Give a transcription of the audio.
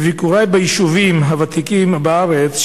בביקורי ביישובים הוותיקים בארץ,